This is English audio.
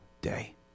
day